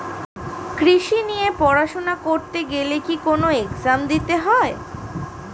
কৃষি নিয়ে পড়াশোনা করতে গেলে কি কোন এগজাম দিতে হয়?